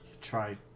Try